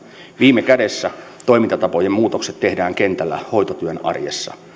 viime kädessä toimintatapojen muutokset tehdään kentällä hoitotyön arjessa